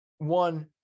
One